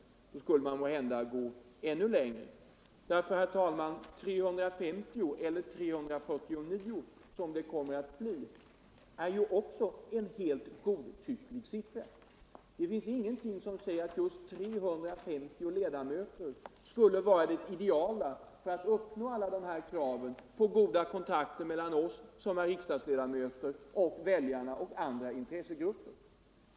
Då borde man måhända gå ännu längre. 350, eller 349 som det kommer att bli, är också en helt godtyckligt vald siffra. Det finns ingenting som säger att just 350 ledamöter skulle vara det ideala för att uppnå goda kontakter mellan oss som är riksdagsledamöter och väljarna och andra intressegrupper.